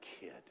kid